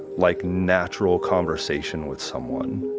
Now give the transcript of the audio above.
like natural conversation with someone